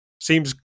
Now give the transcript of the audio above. seems